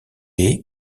est